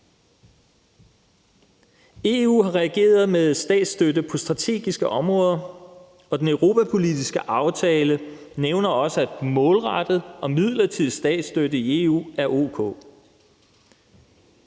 EU har reageret med statsstøtte på strategiske områder, og den europapolitiske aftale nævner også, at målrettet, midlertidig statsstøtte i EU er o.k.